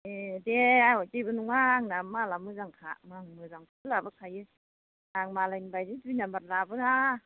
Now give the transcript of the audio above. ए दे जेबो नङा आंना मालआ मोजांखा माल मोजांखौसो लाबोखायो आं मालायनि बायदि दुइ नाम्बार लाबोआ